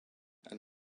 and